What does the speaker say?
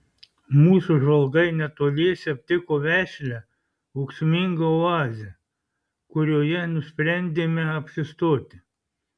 mūsų žvalgai netoliese aptiko vešlią ūksmingą oazę kurioje nusprendėme apsistoti